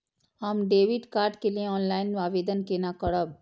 हम debit card के लिए ऑनलाइन आवेदन केना करब?